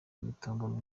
imitungo